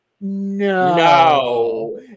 no